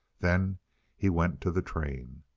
then he went to the train.